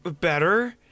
better